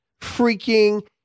freaking